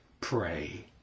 Pray